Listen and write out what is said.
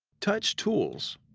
touch tools.